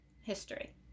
history